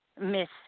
Miss